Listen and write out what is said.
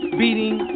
beating